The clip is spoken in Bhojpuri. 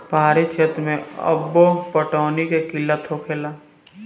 पहाड़ी क्षेत्र मे अब्बो पटौनी के किल्लत होखेला